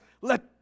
let